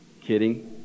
Kidding